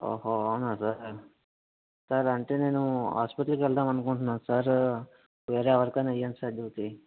ఓహో అవునా sir sir అంటే నేను హాస్పిటల్ కి వెళ్దాం అనుకుంటున్నా సార్ వేరే ఎవరికన్నా ఇయ్యండి సార్ డ్యూటీ